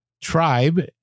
tribe